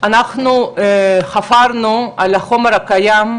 אנחנו חפרנו בחומר הקיים,